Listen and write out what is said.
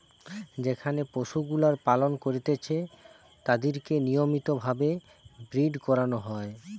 যেখানে পশুগুলার পালন করতিছে তাদিরকে নিয়মিত ভাবে ব্রীড করানো হয়